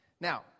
Now